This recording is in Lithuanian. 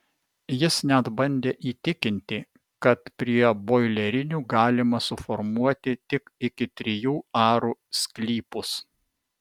jis net bandė įtikinti kad prie boilerinių galima suformuoti tik iki trijų arų sklypus